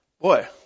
boy